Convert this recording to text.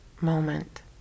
moment